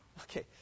Okay